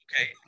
okay